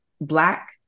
Black